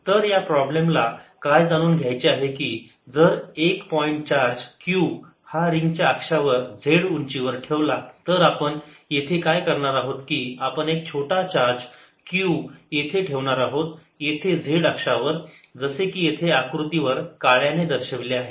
q2π00Rdr2π0R तर या प्रॉब्लेमला काय जाणून घ्यायचे आहे की जर 1 पॉईंट चार्ज q हा रिंगच्या अक्षावर z उंचीवर ठेवला तर आपण येथे काय करणार आहोत की आपण एक छोटा चार्ज q येथे ठेवणार आहोत येथे z अक्षावर जसे की येथे आकृतीवर काळ्याने दर्शविले आहे